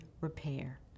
repair